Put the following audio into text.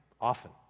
often